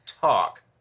talk